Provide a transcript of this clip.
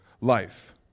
life